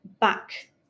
back